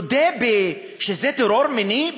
נודה שזה "טרור מיני",